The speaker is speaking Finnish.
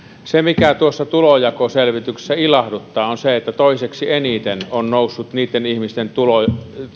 se mikä tuossa tulonjakoselvityksessä ilahduttaa on se että toiseksi eniten ovat nousseet niitten ihmisten tulot